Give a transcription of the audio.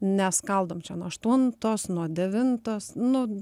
neskaldom čia nuo aštuntos nuo devintos nu